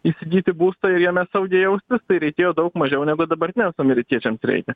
įsigyti būstą ir jame saugiai jaustis tai reikėjo daug mažiau negu dabartiniams amerikiečiams reikia